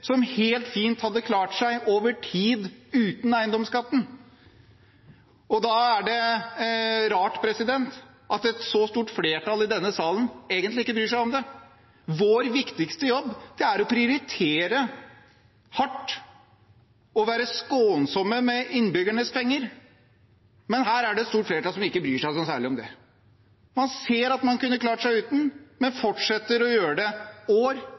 helt fint hadde klart seg over tid uten eiendomsskatten. Da er det rart at et så stort flertall i denne salen egentlig ikke bryr seg om det. Vår viktigste jobb er å prioritere hardt og være skånsomme med innbyggernes penger, men her er det et stort flertall som ikke bryr seg noe særlig om det. Man ser at man kunne klart seg uten, men fortsetter å gjøre det samme år